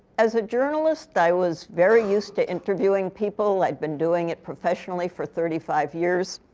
as a journalist, i was very used to interviewing people. i've been doing it professionally for thirty five years.